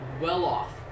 well-off